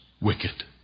wicked